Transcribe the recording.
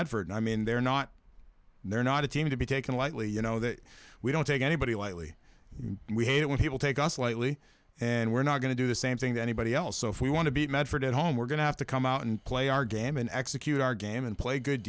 medford i mean they're not they're not a team to be taken lightly you know that we don't take anybody lightly and we hate it when people take us lightly and we're not going to do the same thing that anybody else so if we want to beat medford at home we're going to have to come out and play our game and execute our game and play good